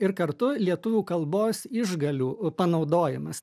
ir kartu lietuvių kalbos išgalių panaudojimas